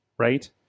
Right